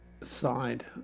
side